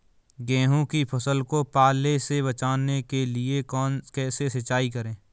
गेहूँ की फसल को पाले से बचाने के लिए कैसे सिंचाई करें?